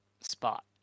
spot